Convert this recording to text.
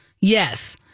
Yes